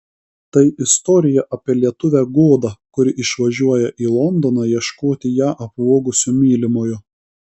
tai istorija apie lietuvę godą kuri išvažiuoja į londoną ieškoti ją apvogusio mylimojo